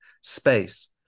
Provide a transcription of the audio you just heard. space